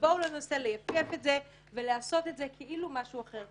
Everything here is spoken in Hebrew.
בואו לא ננסה לייפייף את זה ולעשות את זה כאילו משהו אחר,